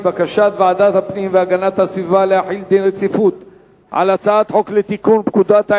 הצעת ועדת הפנים והגנת הסביבה בדבר חלוקת פרק ב' להצעת חוק ההתייעלות